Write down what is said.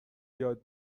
یاد